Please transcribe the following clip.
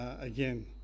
again